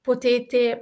Potete